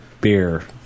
beer